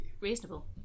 Reasonable